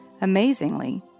Amazingly